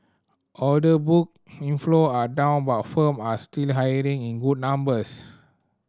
order book inflow are down but firm are still hiring in good numbers